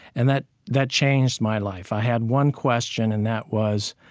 and that that changed my life. i had one question, and that was,